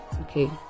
Okay